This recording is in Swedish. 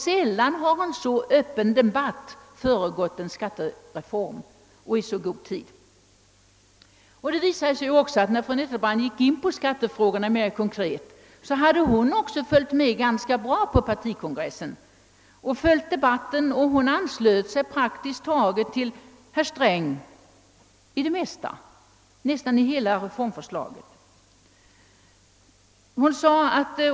Sällan har en så öppen debatt föregått en skattereform i så god tid. När fru Nettelbrandt mera konkret gick in på skattefrågorna visade det sig också att hon ganska bra hade följt debatten på partikongressen, och hon anslöt sig till herr Sträng i fråga om praktiskt taget hela reformförslaget.